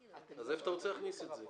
אז איפה אתה רוצה להכניס את זה?